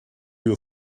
you